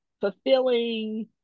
fulfilling